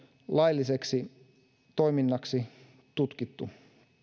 lailliseksi toiminnaksi tutkittu